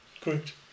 correct